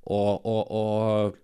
o o o